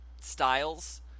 styles